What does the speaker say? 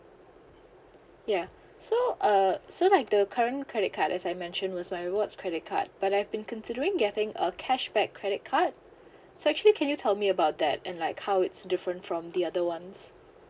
ya so uh so like the current credit card as I mention was my rewards credit card but I've been considering getting a cashback credit card so actually can you tell me about that and like how it's different from the other ones